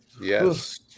yes